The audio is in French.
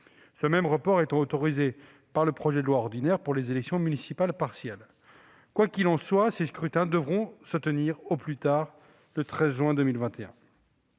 ce même report étant autorisé par le projet de loi ordinaire pour les élections municipales partielles. Quoi qu'il en soit, ces scrutins devront se tenir au plus tard le 13 juin 2021.